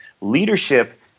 Leadership